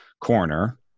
corner